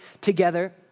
together